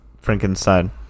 Frankenstein